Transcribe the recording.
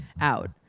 out